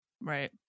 Right